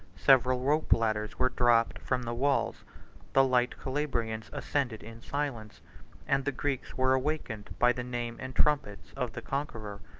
several rope-ladders were dropped from the walls the light calabrians ascended in silence and the greeks were awakened by the name and trumpets of the conqueror.